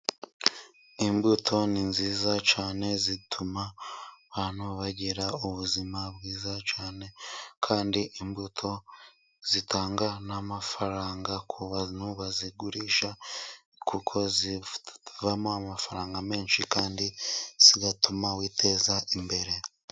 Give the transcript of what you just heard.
Imbuto ni nziza cyane zituma abantu bagira ubuzima bwiza cyane ,kandi imbuto zitanga n'amafaranga ku bantu bazigurisha, kuko zivamo amafaranga menshi kandi zigatuma witeza imbere.